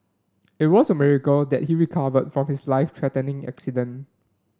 it was a miracle that he recovered from his life threatening accident